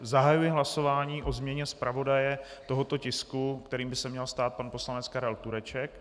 Zahajuji hlasování o změně zpravodaje tohoto tisku, kterým by se měl stát pan poslanec Karel Tureček.